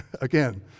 again